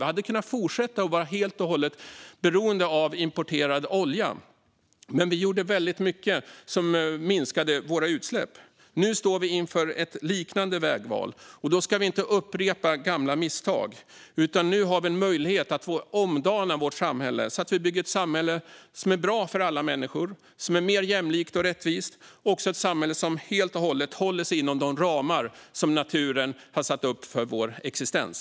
Vi hade kunnat fortsätta att vara helt och hållet beroende av importerad olja, men vi gjorde väldigt mycket som minskade våra utsläpp. Nu står vi inför ett liknande vägval. Då ska vi inte upprepa gamla misstag. Nu har vi en möjlighet att omdana vårt samhälle så att vi bygger ett samhälle som är bra för alla människor, som är mer jämlikt och rättvist och som helt och hållet håller sig inom de ramar som naturen har satt upp för vår existens.